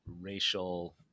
racial